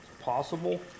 Possible